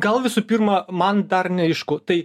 gal visų pirma man dar neaišku tai